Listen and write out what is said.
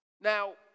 Now